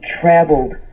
traveled